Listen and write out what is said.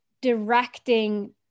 directing